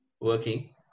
working